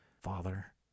Father